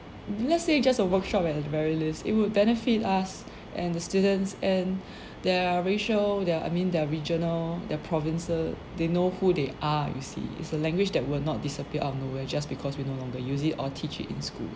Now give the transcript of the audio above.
let's say you just a workshop at the very least it would benefit us and the students and their racial their I mean their regional their provinces they know who they are you see it's a language that will not disappear out of nowhere just because we no longer use it or teach in school